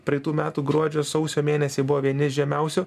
praeitų metų gruodžio sausio mėnesiai buvo vieni iš žemiausių